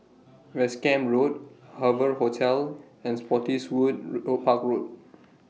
West Camp Road Hoover Hotel and Spottiswoode Park Road